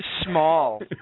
small